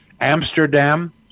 Amsterdam